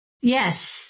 Yes